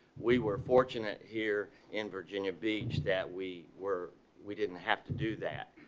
we were fortunate here in virginia beach that we were, we didn't have to do that